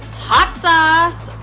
hot sauce.